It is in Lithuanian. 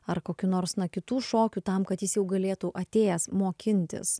ar kokių nors na kitų šokių tam kad jis jau galėtų atėjęs mokintis